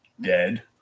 dead